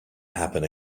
happen